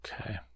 Okay